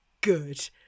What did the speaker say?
Good